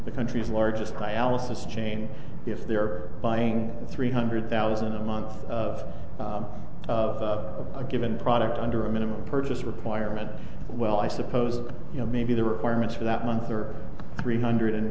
the country's largest dialysis chain if they are buying three hundred thousand a month of a given product under a minimum purchase requirement well i suppose you know maybe the requirements for that month are three hundred and